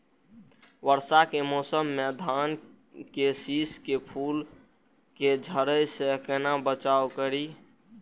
वर्षा के मौसम में धान के शिश के फुल के झड़े से केना बचाव करी?